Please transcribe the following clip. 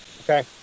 Okay